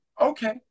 Okay